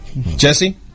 Jesse